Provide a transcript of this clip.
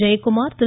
Jayakumar Thiru